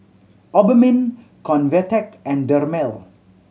Obimin Convatec and Dermale